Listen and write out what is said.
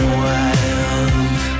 wild